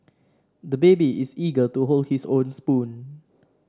the baby is eager to hold his own spoon